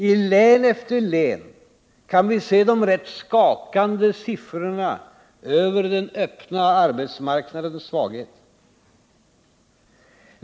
I län efter län kan vi se de skakande siffrorna över den öppna arbetsmarknadens svagheter.